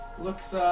Looks